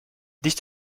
nicht